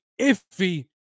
iffy